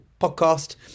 podcast